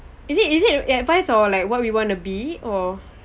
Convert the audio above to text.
is it is it an advice or like what we want to be or